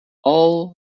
all